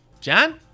john